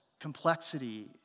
complexity